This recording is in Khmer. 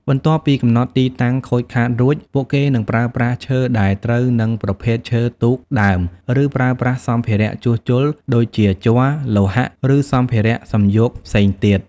បន្ទាប់ពីកំណត់ទីតាំងខូចខាតរួច ពួកគេនឹងប្រើប្រាស់ឈើដែលត្រូវនឹងប្រភេទឈើទូកដើម ឬប្រើប្រាស់សម្ភារៈជួសជុលដូចជា ជ័រ លោហៈ ឬសម្ភារៈសំយោគផ្សេងទៀត។